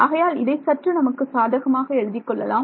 ஆகையால் இதை சற்று நமக்கு சாதகமாக எழுதிக் கொள்ளலாம்